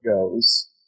goes